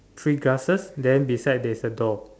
three glasses then beside there is a door